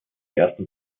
ersten